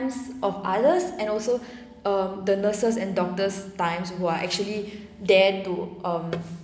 of others and also um the nurses and doctors times who are actually there to um